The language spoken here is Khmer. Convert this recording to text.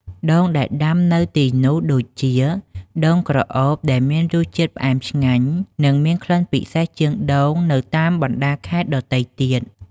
ដូងដែលដាំនៅទីនោះដូចជា ដូងក្រអូប ដែលមានរសជាតិផ្អែមឆ្ងាញ់ និងមានក្លិនពិសេសជាងដូងនៅតាមបណ្ដាខេត្តដទៃទៀត។